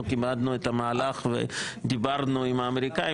כיבדנו את המהלך ודיברנו עם האמריקאים,